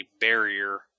barrier